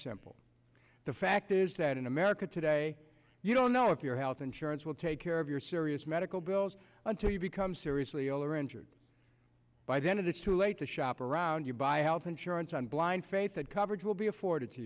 simple the fact is that in america today you don't know if your health insurance will take care of your serious medical bills until you become seriously ill or injured by then of the too late to shop around you buy health insurance on blind faith that coverage will be afforded to